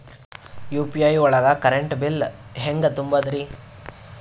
UPI ಒಳಗ current bill ಹೆಂಗ್ ತುಂಬದ್ರಿ?